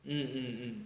mm mm